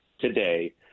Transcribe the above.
today